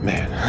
Man